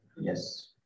yes